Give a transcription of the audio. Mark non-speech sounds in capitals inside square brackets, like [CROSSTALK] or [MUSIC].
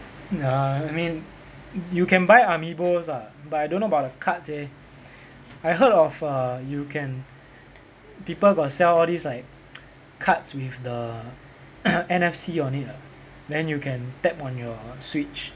ya I mean you can buy amiibos ah but I don't know about the cards eh I heard of err you can people got sell all these like cards with the [COUGHS] N_F_C on it ah then you can tap on your switch